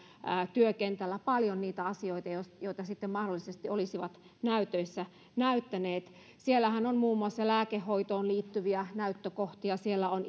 työkentällä paljon niitä asioita joita sitten mahdollisesti olisivat näytöissä näyttäneet siellähän on muun muassa lääkehoitoon liittyviä näyttökohtia siellä on